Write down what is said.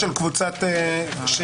7-1 של שמונת חברי הכנסת?